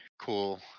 cool